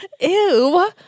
Ew